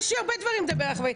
יש לי הרבה דברים לדבר עליהם.